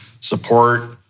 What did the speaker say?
support